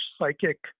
psychic